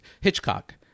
hitchcock